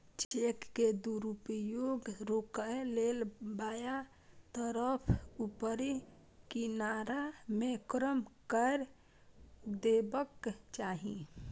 cheque के दुरुपयोग रोकै लेल बायां तरफ ऊपरी किनारा मे क्रास कैर देबाक चाही